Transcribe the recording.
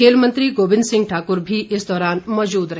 खेल मंत्री गोबिंद सिंह ठाकुर भी इस दौरान मौजूद रहे